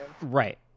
Right